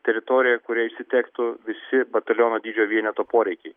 teritorija kurioje išsitektų visi bataliono dydžio vieneto poreikiai